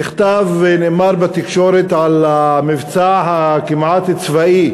נכתב ונאמר בתקשורת על המבצע הכמעט-צבאי